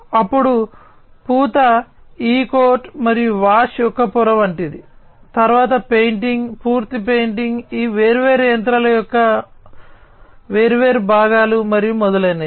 అప్పుడు పూత E coat మరియు వాష్ యొక్క పొర వంటిది తరువాత పెయింటింగ్ పూర్తి పెయింటింగ్ ఈ వేర్వేరు యంత్రాల యొక్క వేర్వేరు భాగాలు మరియు మొదలైనవి